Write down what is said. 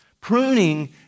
Pruning